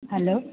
hello